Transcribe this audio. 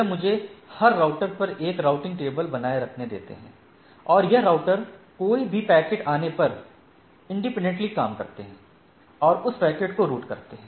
यह मुझे हर राउटर पर एक राउटिंग टेबल बनाए रखने देते हैं और यह राउटर कोई भी पैकेट आने पर इंडिपेंडेंटली काम करते हैं और उस पैकेट को रूट करते हैं